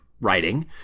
writing